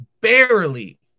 Barely